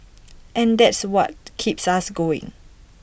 and that's what keeps us going